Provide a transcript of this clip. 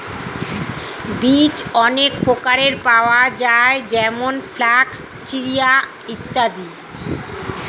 বীজ অনেক প্রকারের পাওয়া যায় যেমন ফ্ল্যাক্স, চিয়া ইত্যাদি